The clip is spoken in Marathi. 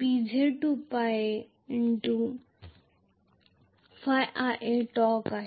PZ 2πa ϕIa टॉर्क आहे